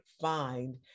find